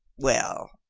well,